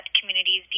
Communities